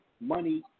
money